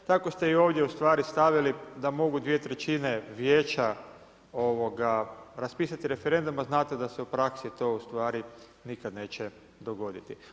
Tako ste i ovdje ustvari stavili da mogu dvije trećine vijeća raspisati referendum a znate da se u praksi to ustvari nikada neće dogoditi.